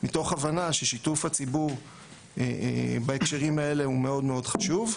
מתוך הבנה ששיתוף הציבור בהקשרים האלה הוא מאוד מאוד חשוב.